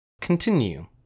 Continue